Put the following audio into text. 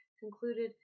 concluded